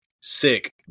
Sick